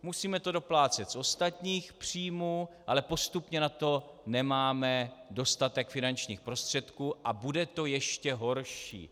Musíme to doplácet z ostatních příjmů, ale postupně na to nemáme dostatek finančních prostředků a bude to ještě horší.